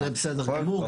זה בסדר גמור.